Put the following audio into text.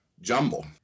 jumble